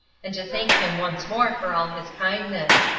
and to thank him once more for all his kindness.